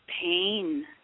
pain